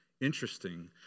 interesting